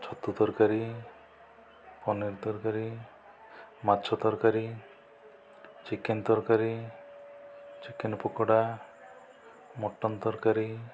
ଛତୁ ତରକାରୀ ପନିର ତରକାରୀ ମାଛ ତରକାରୀ ଚିକେନ ତରକାରୀ ଚିକେନ ପକୋଡ଼ା ମଟନ ତରକାରୀ